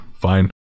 Fine